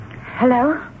Hello